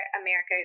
America